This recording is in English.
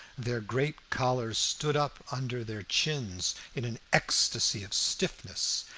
their great collars stood up under their chins in an ecstasy of stiffness,